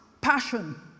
passion